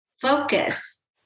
focus